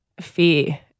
fear